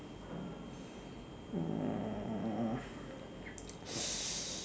uh